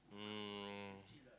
um